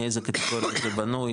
מאיזה קטגוריות זה בנוי,